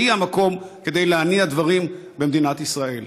שהיא המקום להניע דברים במדינת ישראל.